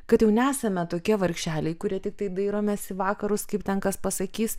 kad jau nesame tokie vargšeliai kurie tiktai dairomės į vakarus kaip ten kas pasakys